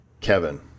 Kevin